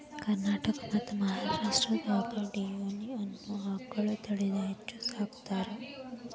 ಕರ್ನಾಟಕ ಮತ್ತ್ ಮಹಾರಾಷ್ಟ್ರದಾಗ ಡಿಯೋನಿ ಅನ್ನೋ ಆಕಳ ತಳಿನ ಹೆಚ್ಚ್ ಸಾಕತಾರ